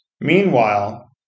Meanwhile